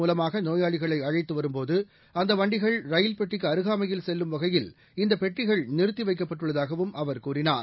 மூலமாகநோயாளிகளைஅழைத்துவரும்போது ambulance அந்தவண்டகள் ரயில்பெட்டிக்குஅருகாமையில் செல்லும் வகையில் இந்தப் பெட்டிகள் நிறுத்திவைக்கப்பட்டுள்ளதாகவும் அவர் கூறினார்